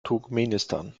turkmenistan